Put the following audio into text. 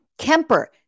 Kemper